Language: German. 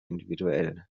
individuell